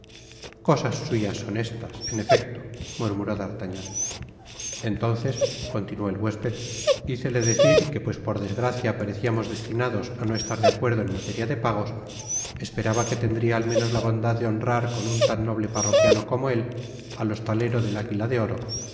cosas suyas son estas en efecto murmuró d'artagnan entonces continuó el huésped hicele decir que pues por desgracia pareciamos destinados á no estar de acuerdo en maleria de pagos esperaba que tendria al menos la bondad de honrar con un tan noble parroquiano como él al hostalero del aguila de oro